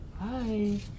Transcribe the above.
Hi